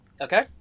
Okay